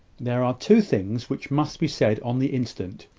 there are two things which must be said on the instant,